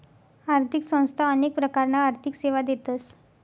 आर्थिक संस्था अनेक प्रकारना आर्थिक सेवा देतस